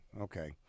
okay